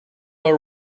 are